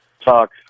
talk